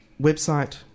website